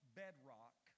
bedrock